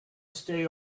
stay